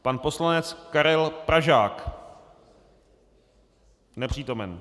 Pan poslanec Karel Pražák: Nepřítomen.